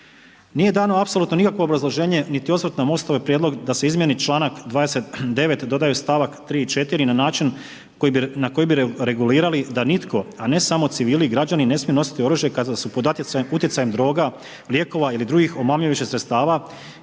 Nije dano apsolutno nikakvo obrazloženje, niti osvrt na Mostov prijedlog da se izmijeni članak 29. dodaju stavak 3. i 4. na način na koji bi regulirali da nitko, a ne samo civili i građani ne smiju nositi oružje kada su pod utjecajem droga, lijekova ili drugih omamljujućih sredstava